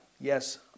yes